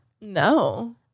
No